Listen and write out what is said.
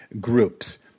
groups